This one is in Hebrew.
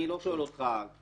אני לא שואל אותך.